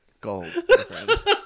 gold